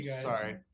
sorry